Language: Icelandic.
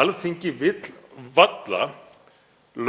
Alþingi vill varla